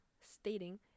stating